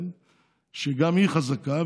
שגם היא חזקה,